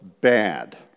bad